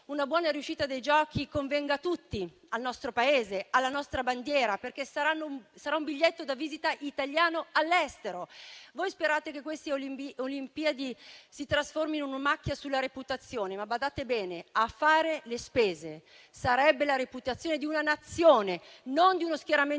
una buona riuscita dei Giochi convenga a tutti, al nostro Paese, alla nostra bandiera, perché saranno un biglietto da visita italiano all'estero. Voi, invece, sperate che queste Olimpiadi si trasformino in una macchia sulla reputazione, ma badate bene: a farne le spese sarebbe la reputazione di una Nazione, non di uno schieramento